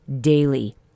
daily